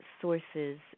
sources